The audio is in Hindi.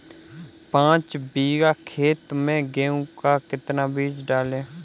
पाँच बीघा खेत में गेहूँ का कितना बीज डालें?